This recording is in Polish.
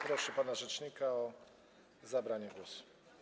Proszę pana rzecznika o zabranie głosu.